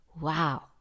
wow